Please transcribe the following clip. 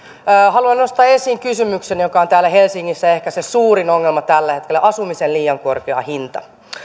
haluan nostaa esiin kysymyksen joka on täällä helsingissä ehkä se suurin ongelma tällä hetkellä asumisen liian korkea hinta